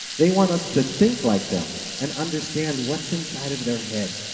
they want us to think like them and understand what's inside of their head.